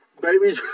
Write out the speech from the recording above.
Baby